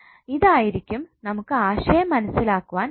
ഇതായിരിക്കും നമുക്ക് ആശയം മനസ്സിലാക്കുവാൻ എളുപ്പം